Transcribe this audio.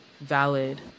valid